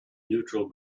neutral